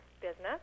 business